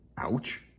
Ouch